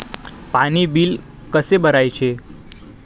पाणी बिल कसे भरायचे?